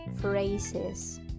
phrases